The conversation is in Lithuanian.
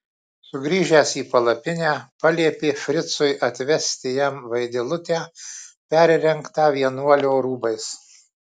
sugrįžęs į palapinę paliepė fricui atvesti jam vaidilutę perrengtą vienuolio rūbais